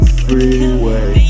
freeway